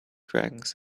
dragons